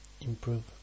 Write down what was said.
improve